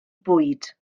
bwyd